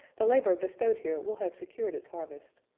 the labor bestowed here will have secured its harvest.